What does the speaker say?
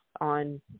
on